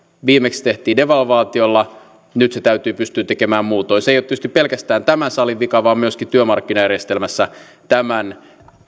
viimeksi tehtiin devalvaatiolla nyt se täytyy pystyä tekemään muutoin se ei ole tietysti pelkästään tämän salin vika vaan myöskään työmarkkinajärjestelmässä tämän